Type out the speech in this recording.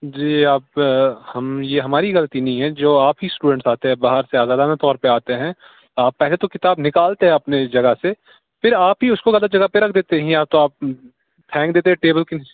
جی آپ ہم یہ ہماری غلطی نہیں ہے جو آپ کی اسٹوڈنٹس آتے ہیں باہر سے آزادانہ طور پہ آتے ہیں پہلے تو کتاب نکالتے ہیں اپنی جگہ پہ پھر آپ ہی اس کو غلط جگہ پہ رکھ دیتے ہیں یا تو آپ پھینک دیتے ہیں ٹیبل کے نیچے